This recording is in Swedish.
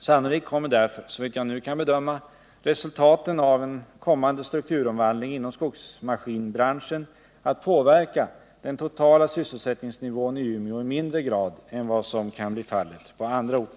Sannolikt kommer därför, såvitt jag nu kan bedöma, resultaten av en kommande strukturomvandling inom skogsmaskinbranschen att påverka den totala sysselsättningsnivån i Umeå i mindre grad än vad som kan bli fallet på andra orter.